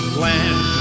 land